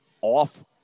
off